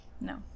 no